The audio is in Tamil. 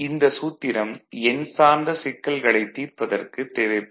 இந்த சூத்திரம் எண் சார்ந்த சிக்கல்களைத் தீர்ப்பதற்குத் தேவைப்படும்